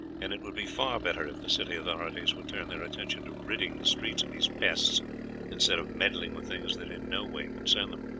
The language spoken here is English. and it would be far better if the city authorities would turn their attention to ridding the streets of these pests instead of meddling with things that in no way concern them.